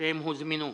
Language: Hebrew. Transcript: שהם הוזמנו.